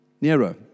Nero